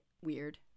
weird